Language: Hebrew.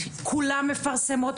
כולן מפרסמות,